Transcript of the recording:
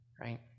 right